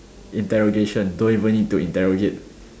interrogation don't even need to interrogate